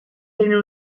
reino